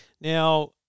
Now